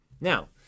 Now